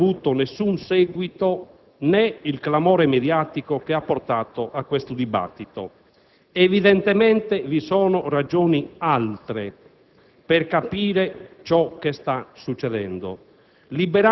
ovvero di normalità, questa vicenda non avrebbe avuto nessun seguito né il clamore mediatico che ha portato a questo dibattito. Evidentemente vi sono ragioni altre